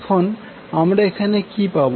এখন আমরা এখানে কি পাবো